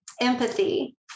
empathy